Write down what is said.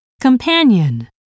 Companion